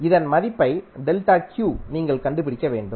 இதன் மதிப்பை நீங்கள் கண்டுபிடிக்க வேண்டும்